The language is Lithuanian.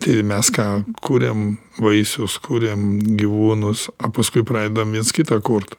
tai mes ką kuriam vaisius kuriam gyvūnus o paskui pradedam viens kitą kurt